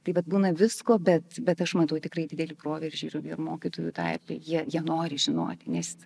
tai vat būna visko bet bet aš matau tikrai didelį proveržį ir mokytojų tarpe jie jie nori žinoti nes